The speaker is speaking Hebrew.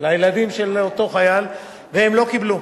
לילדים של אותו חייל, והם לא קיבלו.